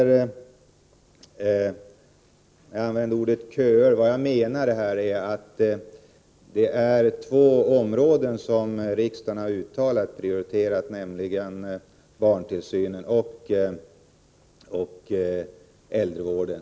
Jag använde ordet köer — vad jag menade var att det är två områden som riksdagen uttalat har prioriterat, nämligen barntillsynen och äldrevården.